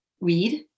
read